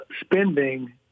spending